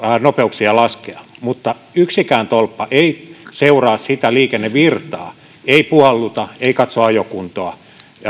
nopeuksia laskea mutta yksikään tolppa ei seuraa sitä liikennevirtaa ei puhalluta ei katso ajokuntoa